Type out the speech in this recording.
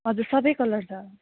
हजुर सबै कलर छ